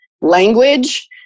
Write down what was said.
language